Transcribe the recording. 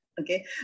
Okay